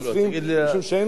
משום שאין לנו,